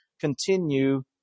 continue